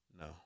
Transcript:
No